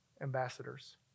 ambassadors